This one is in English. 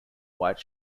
white